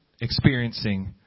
experiencing